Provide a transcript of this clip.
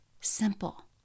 simple